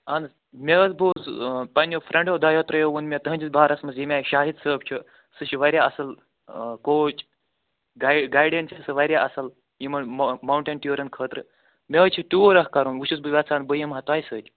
اہن حظ مےٚ حظ بوٗز پنٛنیو فرٛٮ۪نٛڈو دۄیو ترٛیٚیو ووٚن مےٚ تٕہٕنٛدِس بارَس منٛز ییٚمہِ آیہِ شاہِد صٲب چھُ سُہ چھُ واریاہ اَصٕل کوچ گایڈٮ۪ن چھِ سُہ واریاہ اَصٕل یِمَن ماوٹین ٹیوٗرَن خٲطرٕ مےٚ حظ چھِ ٹیوٗر اَکھ کَرُن وۄنۍ چھُس بہٕ یَژھان بہٕ یِمہٕ ہا تۄہہِ سۭتۍ